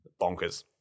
bonkers